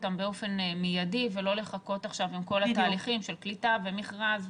אותם באופן מיידי ולא לחכות עכשיו עם כל התהליכים של קליטה ומכרז.